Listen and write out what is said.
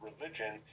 religion